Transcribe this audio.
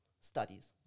studies